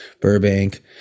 Burbank